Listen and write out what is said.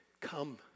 come